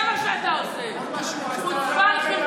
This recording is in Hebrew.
שלא תהיה להם לא פנסיה ולא אבטלה.